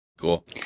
Cool